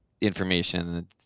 information